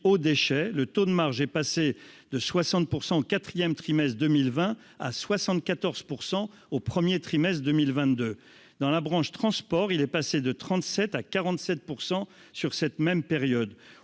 déchets, le taux de marge est passé de 60 pour 100 quatrième trimestre 2020 à 74 pour 100 au 1er trimestre 2022 dans la branche transport il est passé de 37 à 47 % sur cette même période,